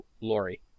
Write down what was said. Lori